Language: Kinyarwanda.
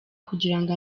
kugirango